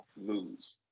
lose